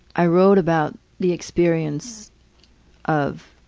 i wrote about the experience of